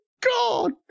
God